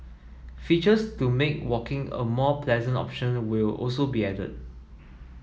features to make walking a more pleasant option will also be added